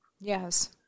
Yes